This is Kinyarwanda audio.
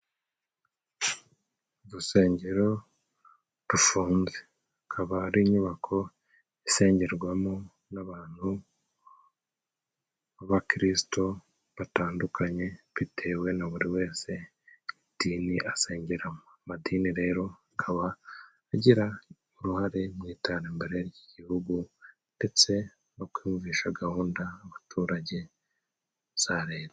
Urusengero rufunze akaba ari inyubako isengerwamo n'abantu b'abakirisito batandukanye, bitewe na buri wese idini asengeramo. Amadini rero akaba agira uruhare mu iterambere ry'igihugu, ndetse no kuyumvisha gahunda abaturage za leta.